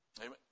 Amen